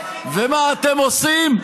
ומה אתם עושים?